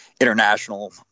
international